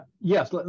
Yes